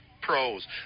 pros